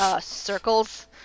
circles